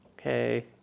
okay